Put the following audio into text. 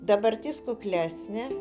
dabartis kuklesnė